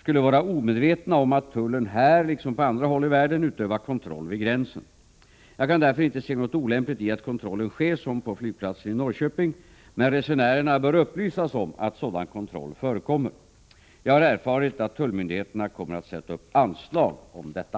skulle vara omedvetna om att tullen här liksom på andra håll i världen utövar kontroll vid gränsen. Jag kan därför inte se något olämpligt i att kontrollen sker som på flygplatsen i Norrköping, men resenärerna bör upplysas om att sådan kontroll förekommer. Jag har erfarit att tullmyndigheterna kommer att sätta upp anslag om detta.